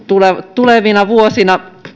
tulevina vuosina